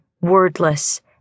Wordless